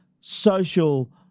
social